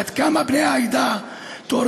עד כמה בני העדה תורמים,